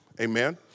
Amen